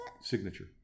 Signature